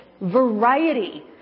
variety